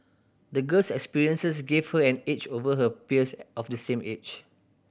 the girl's experiences gave her an edge over her peers of the same age